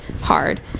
hard